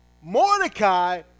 Mordecai